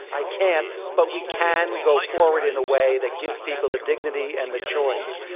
i can't, but we can go forward in a way that gives people the dignity and the choice,